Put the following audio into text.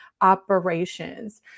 Operations